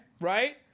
right